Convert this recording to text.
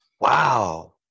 Wow